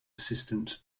assistant